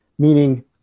meaning